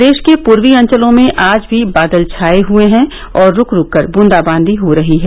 प्रदेश के पूर्वी अंचलों में आज भी बादल छाए हुए हैं और रूक रूक बूंदाबादी हो रही है